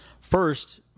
First